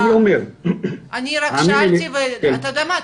אני שאלתי ואתה יודע מה,